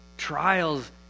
trials